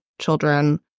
children